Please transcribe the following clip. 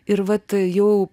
ir vat jau